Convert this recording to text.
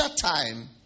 time